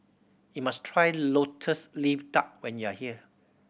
you must try Lotus Leaf Duck when you are here